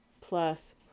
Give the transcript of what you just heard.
plus